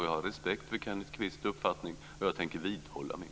Jag har respekt för Kenneth Kvists uppfattning, och jag tänker vidhålla min.